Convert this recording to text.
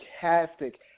fantastic